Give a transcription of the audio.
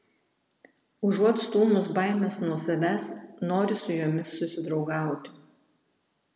užuot stūmus baimes nuo savęs nori su jomis susidraugauti